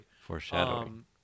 Foreshadowing